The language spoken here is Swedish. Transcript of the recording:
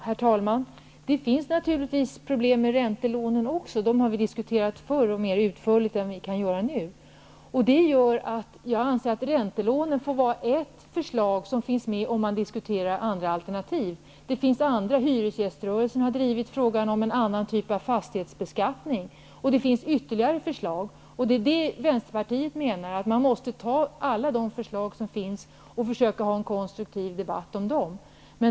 Herr talman! Det finns naturligtvis också problem med räntelånen. De har vi diskuterat förut och mer utförligt än vad vi nu kan göra. Jag anser att räntelånen är ett förslag som skall vara med om man diskuterar andra alternativ. Hyresgäströrelsen har drivit frågan om en annan typ av fastighetsbeskattning, och det finns ytterligare förslag. Vänsterpartiet menar att man måste se till alla de förslag som finns och försöka föra en konstruktiv debatt om dem.